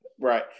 Right